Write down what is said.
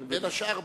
בין השאר,